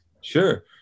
Sure